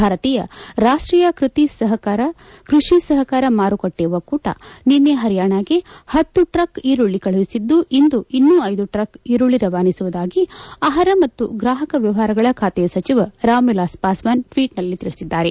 ಭಾರತೀಯ ರಾಷ್ರೀಯ ಕೃಷಿ ಸಹಕಾರ ಮಾರುಕಟ್ಟೆ ಒಕ್ಕೂಟ ನಿನ್ನೆ ಹರಿಯಾಣಾಗೆ ಹತ್ತು ಟ್ರಕ್ ಈರುಳ್ಳಿ ಕಳುಹಿಸಿದ್ದು ಇಂದು ಇನ್ನೂ ಐದು ಟ್ರಕ್ ಈರುಳ್ಳಿ ರವಾನಿಸುವುದಾಗಿ ಆಹಾರ ಮತ್ತು ಗ್ರಾಹಕ ವ್ಯವಹಾರಗಳ ಖಾತೆ ಸಚಿವ ರಾಮ್ ವಿಲಾಸ್ ಪಾಸ್ವಾನ್ ಟ್ವೀಟ್ ನಲ್ಲಿ ತಿಳಿಸಿದ್ದಾರೆ